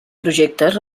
projectes